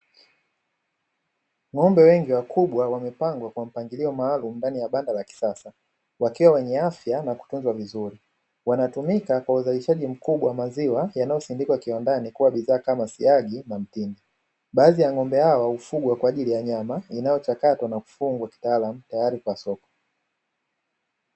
Ng'ombe wengi wakubwa wamepangwa kwa mpangilio maalum ndani ya banda la kisasa wakiwa wenye afya na kutunzwa vizuri, wanatumika kwa uzalishaji mkubwa maziwa yanayosindikwa kiwandani kuwa bidhaa kama siagi na mtindi. Baadhi ya ng'ombe hao hufugwa kwa ajili ya nyama inayochakatwa na kufungwa kitaalam tayari kwa soko.